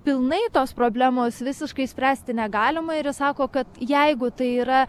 pilnai tos problemos visiškai išspręsti negalima ir jis sako kad jeigu tai yra